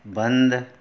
बंद